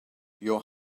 your